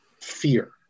fear